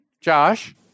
Josh